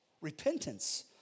Repentance